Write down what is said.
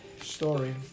story